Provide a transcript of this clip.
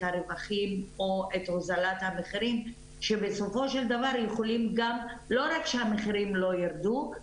הרווחים או הוזלת מחירים שבסופו של דבר יכולים גם לא רק שהמחירים לא ירדו,